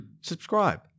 subscribe